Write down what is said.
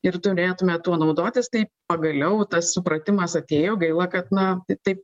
ir turėtume tuo naudotis tai pagaliau tas supratimas atėjo gaila kad na taip